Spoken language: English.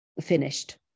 finished